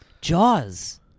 Jaws